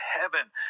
heaven